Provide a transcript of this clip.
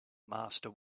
master